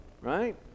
right